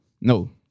No